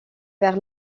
vers